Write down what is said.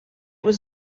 was